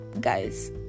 guys